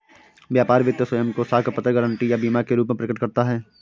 व्यापार वित्त स्वयं को साख पत्र, गारंटी या बीमा के रूप में प्रकट करता है